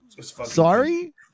Sorry